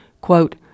Quote